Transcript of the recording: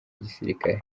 igisirikare